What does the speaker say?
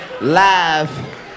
live